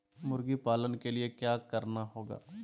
मुर्गी पालन के लिए क्या करना होगा?